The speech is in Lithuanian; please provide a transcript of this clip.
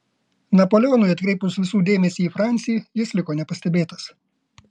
napoleonui atkreipus visų dėmesį į francį jis liko nepastebėtas